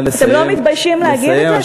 אתם לא מתביישים להגיד את זה?